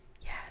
Yes